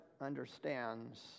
understands